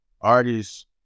artists